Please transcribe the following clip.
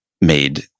made